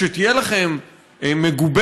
כשתהיה לכם אלטרנטיבה